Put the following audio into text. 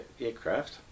aircraft